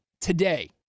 today